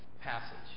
passage